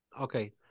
Okay